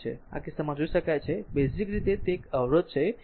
તેથી આ કિસ્સામાં જોઈ શકાય છે કે બેઝીક રીતે તે એક અવરોધ છે